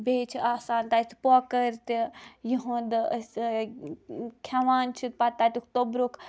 بیٚیہِ چھِ آسان تَتہِ پۄکرٕ تھِ یُہنٛد أسۍ کھیٚوان چھِ پَتہٕ تَتِیُک توٚبرُک